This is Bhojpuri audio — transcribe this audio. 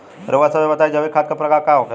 रउआ सभे बताई जैविक खाद क प्रकार के होखेला?